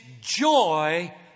joy